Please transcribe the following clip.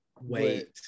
wait